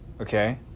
Okay